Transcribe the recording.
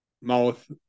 mouth